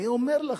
אני אומר לך,